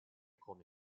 come